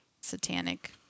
satanic